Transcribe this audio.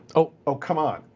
oh. oh, come on.